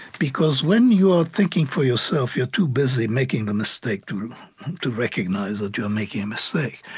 because when you are thinking for yourself, you are too busy making the mistake to to recognize that you are making a mistake.